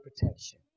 protection